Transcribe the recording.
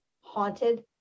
Haunted